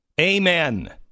Amen